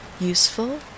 useful